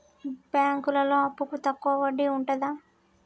బ్యాంకులలో అప్పుకు తక్కువ వడ్డీ ఉంటదా?